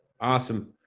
Awesome